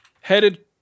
headed